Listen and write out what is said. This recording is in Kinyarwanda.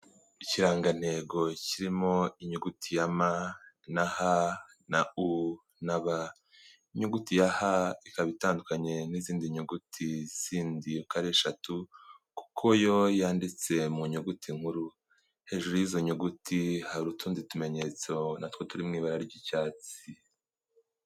Ikirangantego kirimo inyuguti ya m na h na u na b. Inyuguti ya h ikaba itandukanye n'izindi nyuguti zindi uko ari eshatu, kuko yo yanditse mu nyuguti nkuru. Hejuru y'izo nyuguti hari utundi tumenyetso natwo turi mu ibara ry'icyatsi.